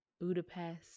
Budapest